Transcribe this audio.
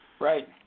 Right